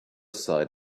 side